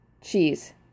cheese